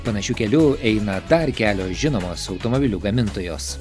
panašiu keliu eina dar kelios žinomos automobilių gamintojos